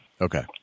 Okay